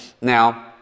Now